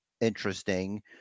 interesting